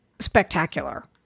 Spectacular